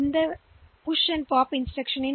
எனவே அது இருக்கும் பதிவேட்டில் டி